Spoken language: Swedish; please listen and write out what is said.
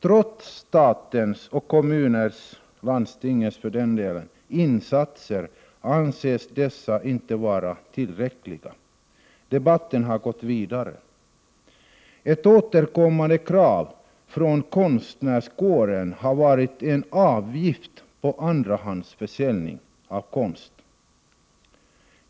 Trots statens, kommuners och landstings insatser anses dessa inte vara tillräckliga. Debatten har gått vidare. Ett återkommande krav från konstnärskåren har varit en avgift på andrahandsförsäljning av konst.